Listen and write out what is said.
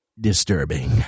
disturbing